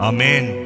Amen